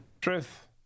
Truth